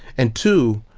and two,